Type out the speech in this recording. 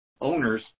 owners –